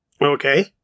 Okay